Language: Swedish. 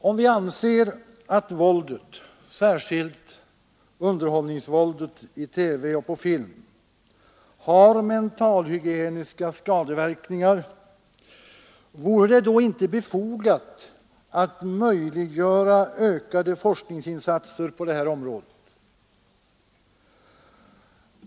Om vi anser att våldet, särskilt underhållningsvåldet, i TV och på film, säkerligen har mentalhygieniska skadeverkningar, vore det då inte befogat att möjliggöra ökade forskningsinsatser på det här området?